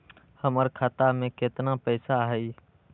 हमर खाता में केतना पैसा हई?